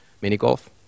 mini-golf